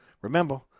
remember